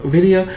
Video